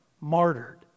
martyred